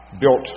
built